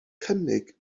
cynnig